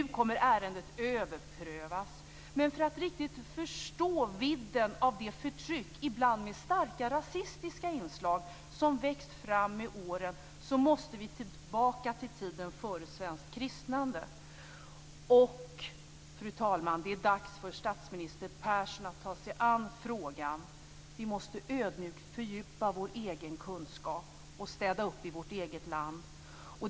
Nu kommer ärendet att överprövas, men för att riktigt förstå vidden av det förtryck, ibland med starka rasistiska inslag, som växt fram med åren, måste vi tillbaka till tiden före svenskt kristnande. Och, fru talman, det är dags för statsminister Persson att ta sig an frågan. Vi måste ödmjukt fördjupa vår egen kunskap och städa upp i vårt eget land.